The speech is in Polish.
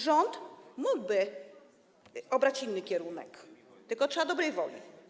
Rząd mógłby obrać inny kierunek, tylko trzeba tu dobrej woli.